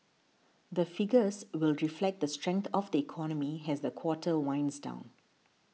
the figures will reflect the strength of the economy as the quarter winds down